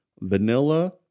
vanilla